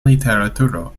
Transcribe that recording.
literaturo